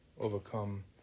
overcome